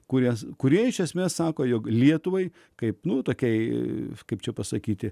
kurias kurie iš esmės sako jog lietuvai kaip nutuokei kaip čia pasakyti